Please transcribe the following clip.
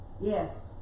Yes